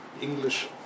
English